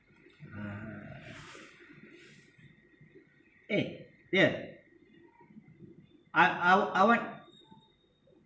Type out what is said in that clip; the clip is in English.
uh eh dear I I I want